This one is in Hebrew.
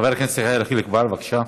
חבר הכנסת יחיאל חיליק בר, בבקשה.